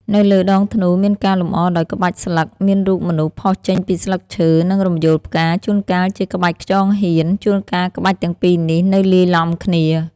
នៅលើដងធ្នូ មានការលម្អដោយក្បាច់ស្លឹក មានរូបមនុស្សផុសចេញពីស្លឹកឈើ និងរំយោលផ្កា ជួនកាលជាក្បាច់ខ្យងហៀន ជួនកាលក្បាច់ទាំងពីរនេះនៅលាយឡំគ្នា។